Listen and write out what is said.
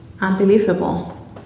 unbelievable